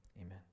Amen